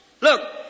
look